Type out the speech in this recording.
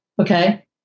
okay